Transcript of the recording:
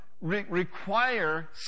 require